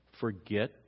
Forget